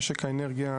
לפני שאתה ממשיך,